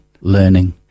learning